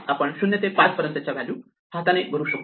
आपण 0 ते 5 पर्यंतच्या व्हॅल्यू हाताने भरू शकतो